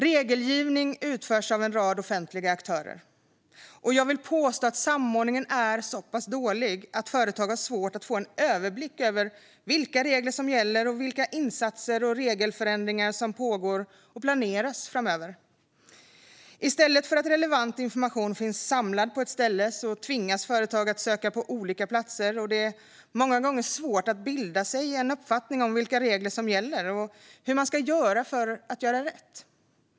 Regelgivning utförs av en rad offentliga aktörer, och jag vill påstå att samordningen är så pass dålig att företag har svårt att få en överblick över vilka regler som gäller och vilka insatser och regelförändringar som pågår och planeras framöver. I stället för att relevant information finns samlad på ett ställe tvingas företag söka på olika platser, och det är många gånger svårt att bilda sig en uppfattning om vilka regler som gäller och hur man ska göra för att göra rätt.